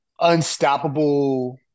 unstoppable